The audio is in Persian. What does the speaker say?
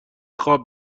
خواب